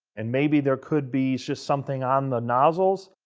and maybe there could be just something on the nozzles,